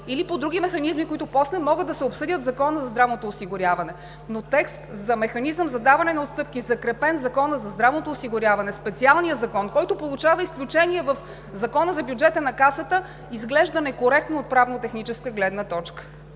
или по други механизми, които после могат да се обсъдят в Закона за здравното осигуряване. Но текст за механизъм за даване на отстъпки, закрепен в Закона за здравното осигуряване – специалния закон, който получава изключение в Закона за бюджета на Касата, изглежда некоректно от правно-техническа гледна точка.